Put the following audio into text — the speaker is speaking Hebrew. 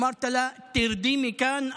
אמרת לה: תרדי מכאן,